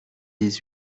dix